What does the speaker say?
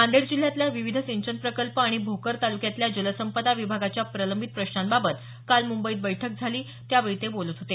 नांदेड जिल्ह्यातल्या विविध सिंचन प्रकल्प आणि भोकर तालुक्यातल्या जलसंपदा विभागाच्या प्रलंबित प्रश्नांबाबत काल मुंबईत बैठक झाली त्यावेळी ते बोलत होते